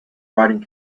riding